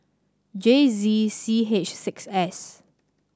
J Z C H six S